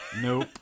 nope